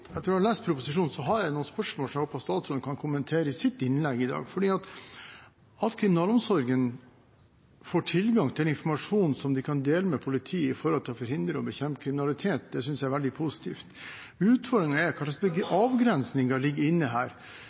etter å ha lest proposisjonen, noen spørsmål som jeg håper at statsråden kan kommentere i sitt innlegg i dag. At kriminalomsorgen får tilgang til informasjon som de kan dele med politiet, med tanke på å forhindre og bekjempe kriminalitet, synes jeg er veldig positivt. Utfordringen er hva slags avgrensninger som ligger inne her.